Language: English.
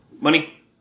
Money